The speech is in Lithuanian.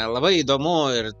labai įdomu ir